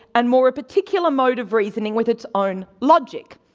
and more a particular mode of reasoning with its own logic.